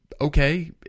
okay